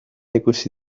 ikusi